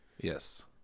Yes